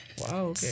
Wow